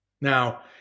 Now